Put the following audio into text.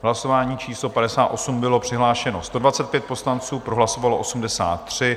V hlasování číslo 58 bylo přihlášeno 125 poslanců, pro hlasovalo 83.